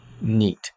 neat